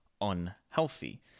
unhealthy